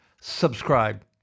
Subscribe